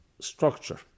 structure